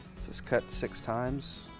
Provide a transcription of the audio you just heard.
this is cut six times.